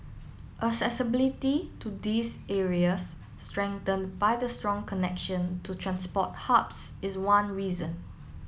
accessibility to these areas strengthened by the strong connection to transport hubs is one reason